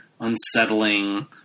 unsettling